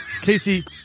Casey